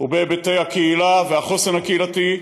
ובהיבטי הקהילה והחוסן הקהילתי,